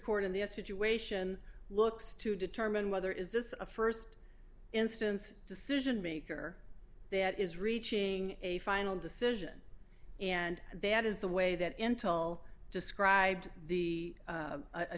court in the situation looks to determine whether is this a st instance decision maker that is reaching a final decision and that is the way that intell described the